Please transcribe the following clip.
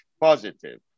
positive